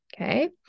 okay